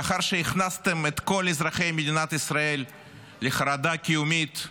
לאחר שהכנסתם את כל אזרחי מדינת ישראל לחרדה קיומית,